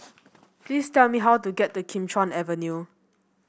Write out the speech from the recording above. please tell me how to get to Kim Chuan Avenue